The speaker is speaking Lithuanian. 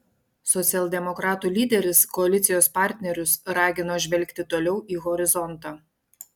socialdemokratų lyderis koalicijos partnerius ragino žvelgti toliau į horizontą